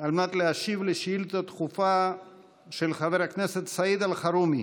על מנת להשיב על שאילתה דחופה של חבר הכנסת סעיד אלחרומי.